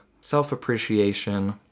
self-appreciation